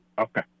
Okay